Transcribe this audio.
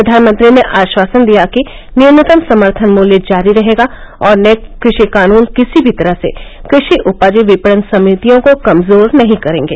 प्रधानमंत्री ने आश्वासन दिया कि न्यूनतम समर्थन मूल्य जारी रहेगा और नए कृषि कानून किसी भी तरह से कृषि उपज विपणन समितियों को कमजोर नहीं करेंगे